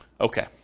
Okay